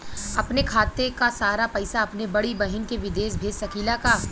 अपने खाते क सारा पैसा अपने बड़ी बहिन के विदेश भेज सकीला का?